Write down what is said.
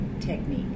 technique